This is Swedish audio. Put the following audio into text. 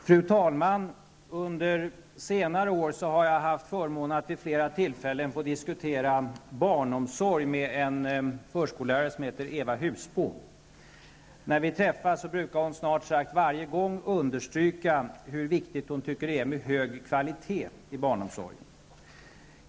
Fru talman! Under senare år har jag haft förmånen att vid flera tillfällen få diskutera barnomsorg med en förskollärare som heter Eva Husbom. När vi träffas brukar hon snart sagt varje gång understryka hur viktigt hon tycker att det är med hög kvalitet i barnomsorgen.